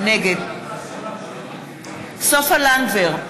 נגד סופה לנדבר?